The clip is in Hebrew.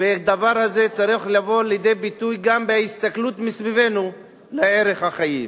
והדבר הזה צריך לבוא לידי ביטוי גם בהסתכלות סביבנו על ערך החיים.